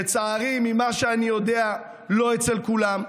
לצערי, ממה שאני יודע, לא אצל כולם.